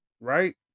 right